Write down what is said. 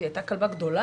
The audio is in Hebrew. והיא הייתה כלבה גדולה,